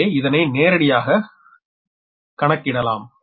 எனவே இதனை நேரடியாக கண்ணகிடலாம்